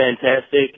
fantastic